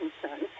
concerns